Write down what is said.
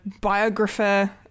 biographer